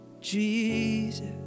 Jesus